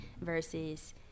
versus